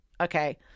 Okay